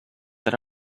that